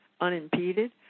unimpeded